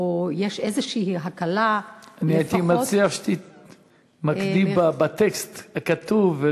או יש איזו הקלה --- הייתי מציע שתתמקדי בטקסט הכתוב.